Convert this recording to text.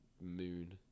moon